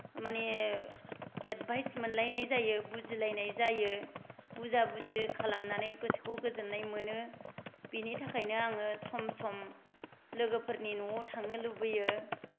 माने एदभायस मोनलायनाय जायो बुजिलायनाय जायो बुजा बुजि खालामनानै गोसोखौ गोजोन्नाय मोनो बिनिथाखायनो आङो सम सम लोगोफोरनि नआव थांनो लुबैयो